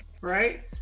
Right